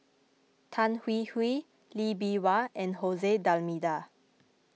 Tan Hwee Hwee Lee Bee Wah and Jose D'Almeida